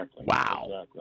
Wow